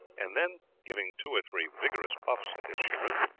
and then giving two or three vigorous puffs at his cheroot,